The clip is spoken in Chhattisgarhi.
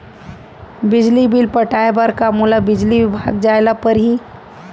बिजली बिल पटाय बर का मोला बिजली विभाग जाय ल परही?